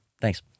thanks